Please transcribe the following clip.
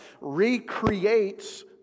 recreates